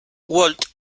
walt